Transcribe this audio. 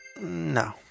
no